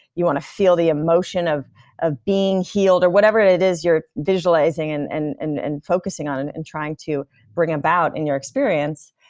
you want to feel the emotion of of being healed, or whatever it it is you're visualizing and and and and focusing on, and and trying to bring about in your experience,